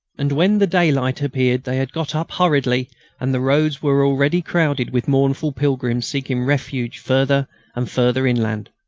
and when the daylight appeared they had got up hurriedly and the roads were already crowded with mournful pilgrims seeking refuge further and further inland.